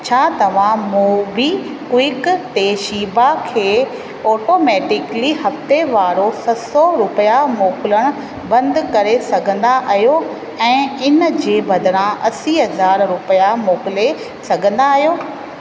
छा तव्हां MobiKwik ते शीबा खे ऑटोमैटिकली हफ़्तेवारो सत सौ रुपया मोकिलणु बंदि करे सघंदा आहियो ऐं इन जे बदिरां असी हज़ार रुपया मोकिले सघंदा आहियो